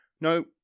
no